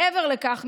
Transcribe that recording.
מעבר לכך,